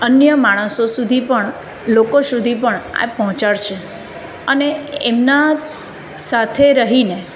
અન્ય માણસો સુધી પણ લોકો સુધી પણ આ પહોંચાડશે અને એમના સાથે રહીને